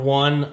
one